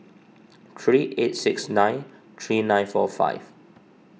three eight six nine three nine four five